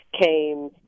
came